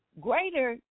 Greater